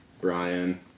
Brian